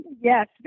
yes